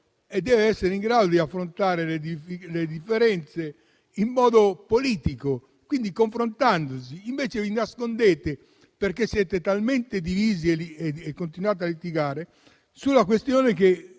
deve essere in grado di affrontare le differenze in modo politico e, quindi, confrontandosi. Invece vi nascondete, perché siete talmente divisi e continuate a litigare, che decidete